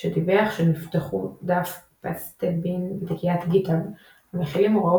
שדיווח שנפתחו דף Pastebin ותקיית GitHub המכילים הוראות